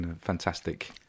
fantastic